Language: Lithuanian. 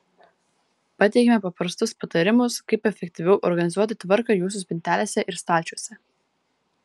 pateikiame paprastus patarimus kaip efektyviau organizuoti tvarką jūsų spintelėse ir stalčiuose